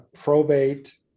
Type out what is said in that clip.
probate